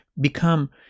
become